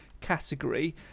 category